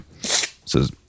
says